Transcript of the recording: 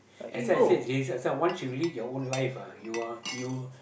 as I said Jace I said once you lead your own life ah you are you